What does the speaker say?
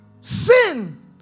sin